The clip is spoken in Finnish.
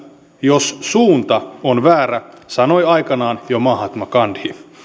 jos suunta on väärä sanoi aikanaan jo mahatma gandhi